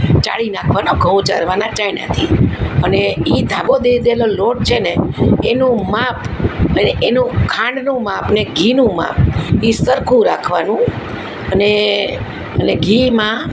ચાળી નાખવાનો ઘઉં ચાળવાના ચાયણાથી અને એ ધાબો દીધેલો છે ને એનું માપ અને એનું ખાંડનું માપ ને ઘીનું માપ એ સરખું રાખવાનું અને અને ઘીમાં